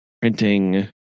printing